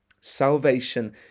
Salvation